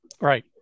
Right